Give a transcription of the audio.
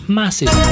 massive